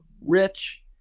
rich